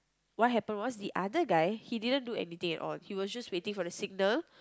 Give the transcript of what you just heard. what happen was the other guy he didn't do anything at all he was just waiting for the signal